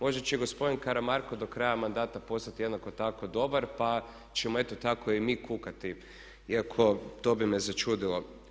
Možda će gospodin Karamarko do kraja mandata postati jednako tako dobar pa ćemo eto tako i mi kukati iako to bi me začudilo.